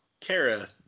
Kara